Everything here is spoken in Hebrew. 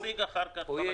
הוא יציג אחר כך.